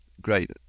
great